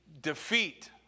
defeat